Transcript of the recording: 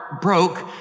broke